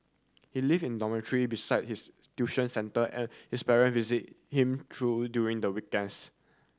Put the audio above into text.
he live in dormitory besides his tuition centre and his parent visit him through during the weekends